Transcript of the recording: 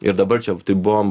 ir dabar čia taip buvom